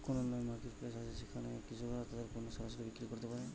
কোন online marketplace আছে যেখানে কৃষকরা তাদের পণ্য সরাসরি বিক্রি করতে পারে?